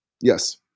Yes